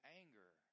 anger